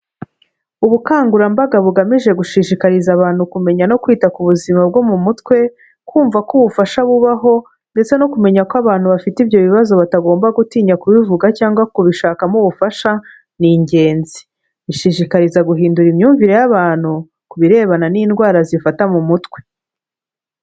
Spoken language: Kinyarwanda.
Ubukangurambaga bugamije gushishikariza abantu kumenya no kwita ku buzima bwo mu mutwe, kumva ko ubufasha bubaho ndetse no kumenya ko abantu bafite ibyo bibazo batagomba gutinya kubivuga cyangwa kubishakamo ubufasha, ni ingenzi. Bishishikariza guhindura imyumvire y'abantu ku birebana n'indwara zifata mu mutwe.